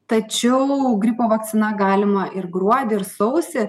tačiau gripo vakcina galima ir gruodį ir sausį